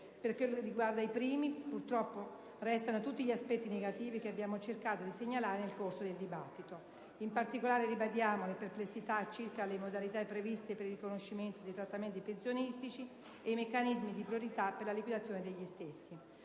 Per quel che riguarda i primi, purtroppo restano tutti gli aspetti negativi che abbiamo cercato di segnalare nel corso del dibattito. In particolare, ribadiamo le nostre perplessità circa le modalità previste per il riconoscimento dei trattamenti pensionistici e i meccanismi di priorità per la liquidazione degli stessi.